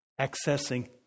Accessing